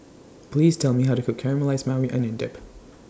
Please Tell Me How to Cook Caramelized Maui Onion Dip